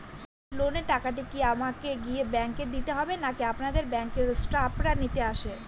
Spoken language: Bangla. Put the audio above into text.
লোনের টাকাটি কি আমাকে গিয়ে ব্যাংক এ দিতে হবে নাকি আপনাদের ব্যাংক এর স্টাফরা নিতে আসে?